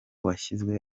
washyizwe